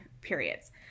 periods